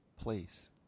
place